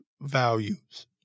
values